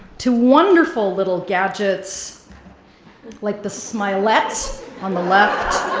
to wonderful little gadgets like the smilette, on the left.